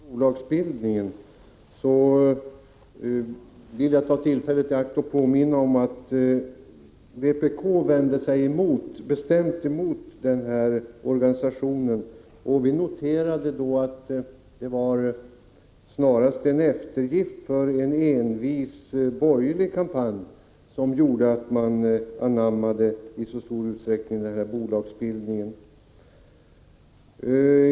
Herr talman! Jag vill bara helt kort säga följande. Rune Johansson tar upp frågan om bolagsbildningen. Jag tar därför tillfället i akt att påminna om att vpk bestämt vänder sig emot en sådan organisation som det här talas om. Vi noterar att det snarast var en eftergift för en envis borgerlig kampanj som gjorde att man i stor utsträckning anammade det här med bolagsbildningen.